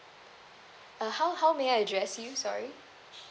uh how how may I address you sorry